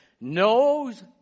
knows